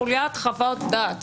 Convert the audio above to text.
הכוונה לחוליית חוות דעת.